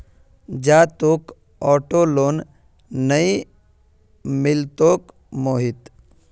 जा, तोक auto loan नइ मिलतोक मोहित